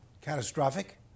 catastrophic